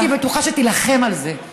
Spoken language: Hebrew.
הייתי בטוחה שתילחם על זה,